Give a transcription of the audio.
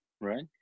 right